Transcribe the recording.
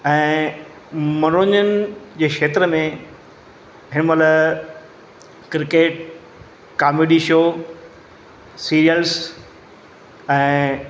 ऐं मनोरंजन जे क्षेत्र में हिनमहिल क्रिकेट कामेडी शो सीरियल्स ऐं